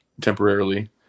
Temporarily